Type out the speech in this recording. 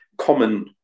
common